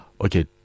Okay